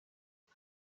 får